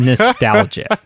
nostalgic